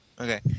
Okay